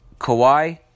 Kawhi